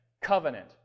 covenant